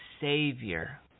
Savior